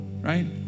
right